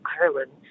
Ireland